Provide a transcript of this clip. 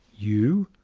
you,